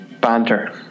Banter